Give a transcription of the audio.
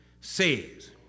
says